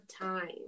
time